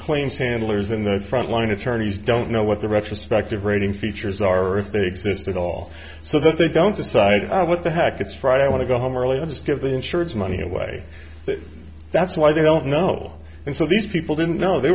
errors in the front line attorneys don't know what the retrospective rating features are if they exist at all so that they don't decide what the heck it's friday i want to go home really understood the insurance money away that's why they don't know and so these people didn't know they